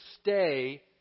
stay